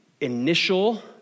initial